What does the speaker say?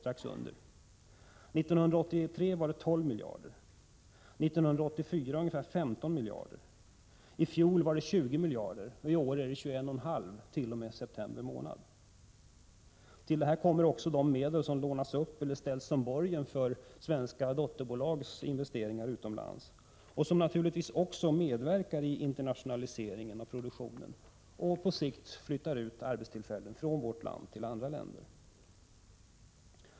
1983 var det 12 miljarder, och 1984 var det ungefär 15 miljarder. I fjol var det 20 miljarder, och i år är det 21,5 miljarder t.o.m. september månad. Till detta kommer också de medel som lånats upp eller ställts som borgen för svenska dotterbolags investeringar utomlands, och som naturligtvis också medverkar i internationaliseringen av produktionen och på sikt flyttar ut arbetstillfällen från vårt land till andra länder.